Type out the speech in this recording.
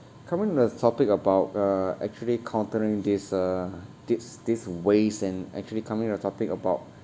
coming in a topic about uh actually countering this uh this this waste and actually coming to the topic about